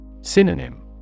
Synonym